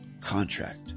contract